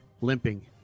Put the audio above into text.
limping